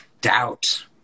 Doubt